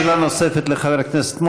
שאלה נוספת לחבר הכנסת מוזס.